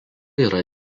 yra